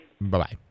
Bye-bye